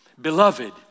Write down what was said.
beloved